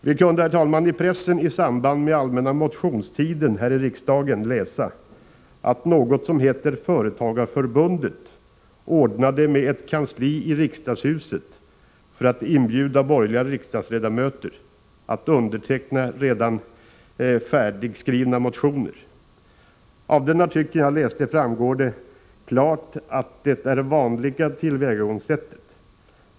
Vi kunde, herr talman, i pressen i samband med den allmänna motionstiden läsa att något som heter Företagarförbundet ordnade ett kansli i riksdagshuset för att inbjuda borgerliga riksdagsledamöter att underteckna redan färdigskrivna motioner. Av den artikel jag läste framgår det klart att detta är det vanliga tillvägagångssättet.